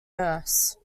nurse